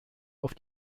auf